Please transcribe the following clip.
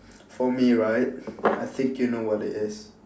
for me right I think you know what it is